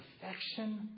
perfection